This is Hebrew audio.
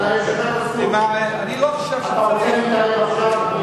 אתה רוצה להתערב עכשיו?